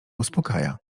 uspokaja